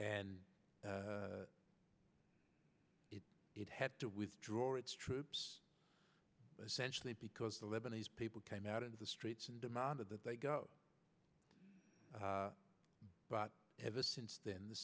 d if it had to withdraw its troops essentially because the lebanese people came out into the streets and demanded that they go but ever since then the